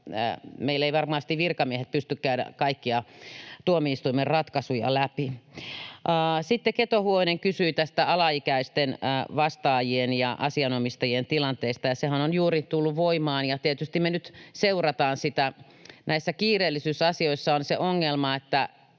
meillä eivät varmasti virkamiehet pysty käymään kaikkia tuomioistuimen ratkaisuja läpi. Sitten Keto-Huovinen kysyi tästä alaikäisten vastaajien ja asianomistajien tilanteesta. Sehän on juuri tullut voimaan, ja tietysti me nyt seurataan sitä. Näissä kiireellisyysasioissa on se ongelma, että